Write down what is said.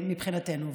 מבחינתנו.